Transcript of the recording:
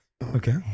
Okay